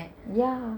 ya